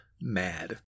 mad